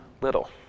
little